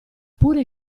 pure